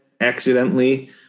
accidentally